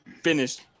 finished